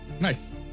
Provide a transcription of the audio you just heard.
nice